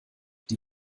die